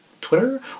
Twitter